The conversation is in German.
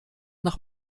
nach